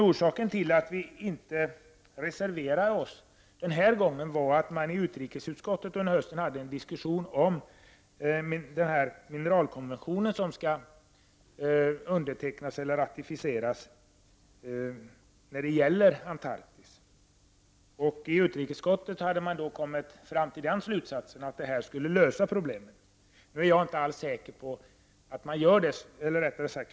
Orsaken till att vi inte har reserverat oss den här gången är att utrikesutskottet under hösten hade en diskussion om den mineralkonvention om Antarktis som skall ratificeras. I utrikesutskottet hade man kommit fram till att problemet i och med ratificering av konventionen skulle lösas.